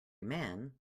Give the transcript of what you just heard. man